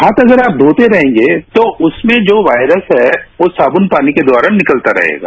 हाथ अगर आप धोते रहेंगे तो उसमें जो वॉयरस है वो साबुन पानी के द्वारा निकलता रहेगा